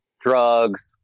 drugs